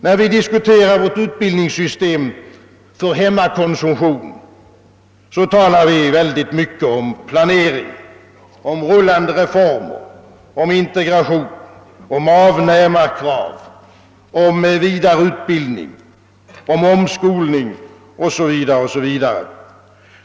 När vi diskuterar vårt utbildningssystem för hemmakonsumtion talar vi mycket om planering, om rullande reformer, om integration, om avnämarkrav, om vidareutbildning, om omskolning o.s.v.